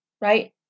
right